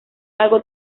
algo